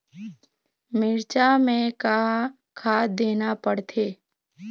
मिरचा मे का खाद देना पड़थे?